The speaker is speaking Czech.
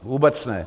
Vůbec ne.